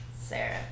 Sarah